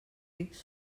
rics